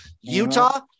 Utah